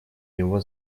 его